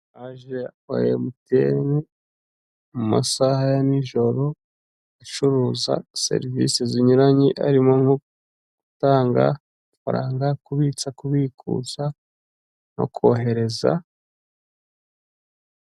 Inyubako y'itaje igeretse hejuru, irimo ibirahure by'ubururu, hasi harimo imodoka irimo mu hantu hubakiye harimo ibyuma, isakariye wagira ngo ni amabati, hasi hariho n'ibyatsi n'amaraba.